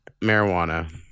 marijuana